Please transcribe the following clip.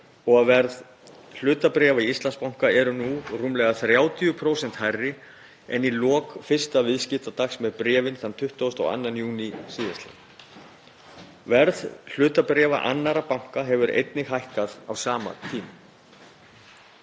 og verð hlutabréfa í Íslandsbanka eru nú rúmlega 30% hærri en í lok fyrsta viðskiptadags með bréfin þann 22. júní síðastliðinn. Verð hlutabréfa annarra banka hefur einnig hækkað á sama tíma.